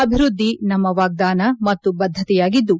ಅಭಿವ್ಯದ್ದಿ ನಮ್ನ ವಾಗ್ದಾನ ಮತ್ತು ಬದ್ದತೆಯಾಗಿದ್ದು